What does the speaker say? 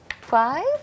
five